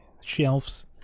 shelves